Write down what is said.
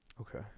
Okay